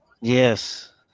Yes